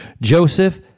Joseph